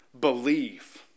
Believe